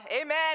Amen